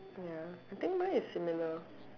ya I think mine is similar